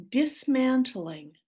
dismantling